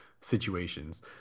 situations